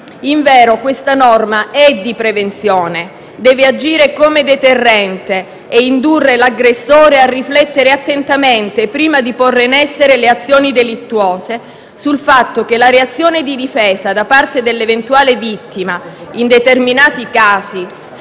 Invero, questa norma è di prevenzione, deve agire come deterrente e indurre l'aggressore a riflettere attentamente, prima di porre in essere le azioni delittuose, sul fatto che la reazione di difesa da parte dell'eventuale vittima, in determinati casi